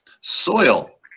Soil